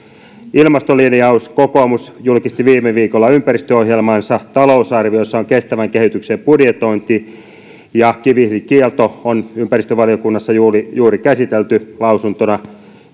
ilmastolinjaus kokoomus julkisti viime viikolla ympäristöohjelmansa talousarviossa on kestävän kehityksen budjetointi ja kivihiilikielto on ympäristövaliokunnassa juuri juuri käsitelty lausuntona